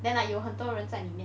then like 有很多人在里面